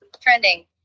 trending